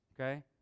okay